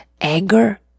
anger